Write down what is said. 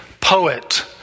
poet